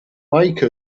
make